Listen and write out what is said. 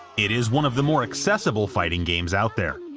it is one of the more accessible fighting games out there.